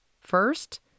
First